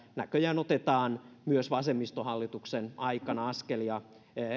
näköjään otetaan myös vasemmistohallituksen aikana askelia